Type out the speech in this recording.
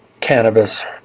cannabis